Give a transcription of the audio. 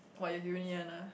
what is uni one ah